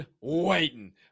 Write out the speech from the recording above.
waiting